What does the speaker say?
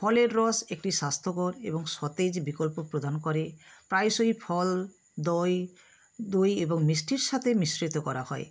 ফলের রস একটি স্বাস্থ্যকর এবং সতেজ বিকল্প প্রদান করে প্রায়শই ফল দই দই এবং মিষ্টির সাথে মিশ্রিত করা হয়